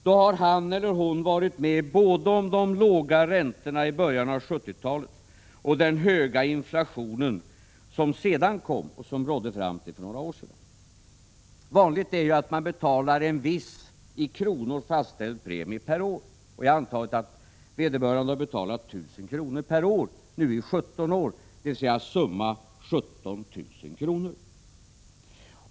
Han eller hon har då varit med om både de låga räntorna i början av 1970-talet och den höga inflation som sedan kom och som rådde fram till för några år sedan. Det är ju vanligt att man betalar en viss i kronor fastställd premie per år. Jag har antagit att vederbörande har betalat 1 000 kr. per år i nu 17 år, dvs. sammanlagt 17 000 kr.